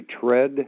tread